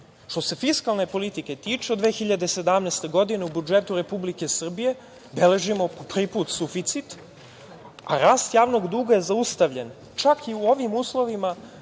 se fiskalne politike tiče, od 2017. godine u budžetu Republike Srbije beležimo po prvi put suficit, a rast javnog duga je zaustavljen. Čak i u ovim uslovima